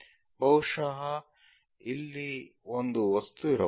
ಬಹುಶಃ ಇಲ್ಲಿ ಒಂದು ವಸ್ತು ಇರಬಹುದು